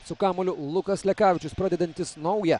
su kamuoliu lukas lekavičius pradedantis naują